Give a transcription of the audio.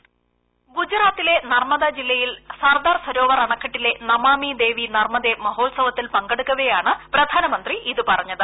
voice ഗുജറാത്തിലെ നർമ്മദ ജില്ലയിൽ സർദാർ സരോവർ അണക്കെട്ടിലെ നമാമി ദേവി നർമ്മദേ മഹോത്സവത്തിൽ പങ്കെടുക്കവേയാണ് പ്രധാനമന്തി ഇത് പറഞ്ഞത്